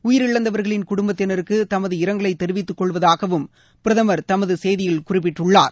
உயிரிழந்தவர்களின் குடும்பத்தினருக்கு தமது இரங்கலை தெரிவித்துக் கொள்வதாகவும் பிரதமர் தமது செய்தியில் குறிப்பிட்டுள்ளார்